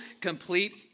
complete